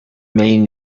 main